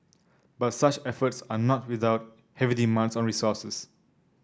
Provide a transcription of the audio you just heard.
but such efforts are not without heavy demands on resources